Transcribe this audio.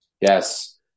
Yes